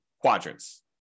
quadrants